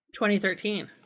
2013